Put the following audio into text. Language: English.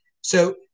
So-